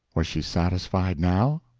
was she satisfied now?